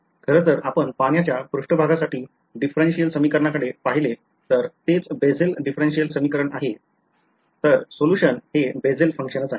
खरं तर आपण पाण्याच्या पृष्ठभागासाठी differential समीकरणाकडे पाहिले तर तेच बेसेल Differential समीकरण आहे तर सोलुशन हे बेसेल फंक्शन आहे